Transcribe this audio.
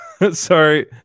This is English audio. Sorry